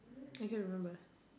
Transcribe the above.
can get remember